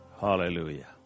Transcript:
Hallelujah